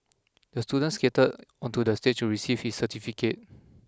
the student skated onto the stage receive his certificate